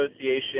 Association